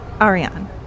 Ariane